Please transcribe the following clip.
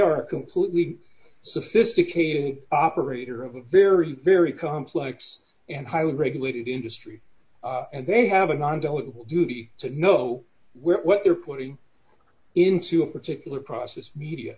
are completely sophisticated operator of a very very complex and highly regulated industry and they have a nonduality duty to know what they're putting into a particular process media